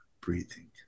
breathing